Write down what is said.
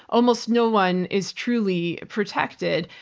almost no one is truly protected.